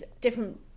different